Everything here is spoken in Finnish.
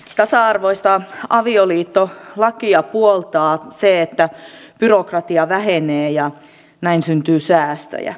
tasa arvoista avioliittolakia puoltaa se että byrokratia vähenee ja näin syntyy säästöjä